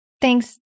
Thanks